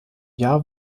jahr